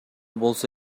болсо